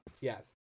Yes